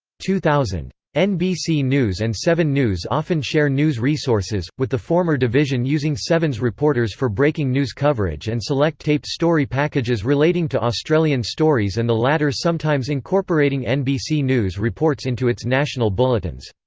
two thousand. nbc news and seven news often share news resources, with the former division using seven's reporters for breaking news coverage and select taped story packages relating to australian stories and the latter sometimes incorporating nbc news reports into its national bulletins.